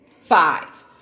Five